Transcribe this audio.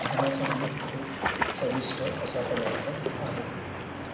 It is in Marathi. खाण्यासाठी खूप चविष्ट असा पदार्थ आहे